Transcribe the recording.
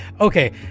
Okay